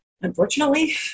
Unfortunately